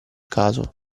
caso